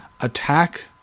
attack